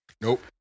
Nope